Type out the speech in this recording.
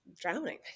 drowning